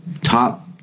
Top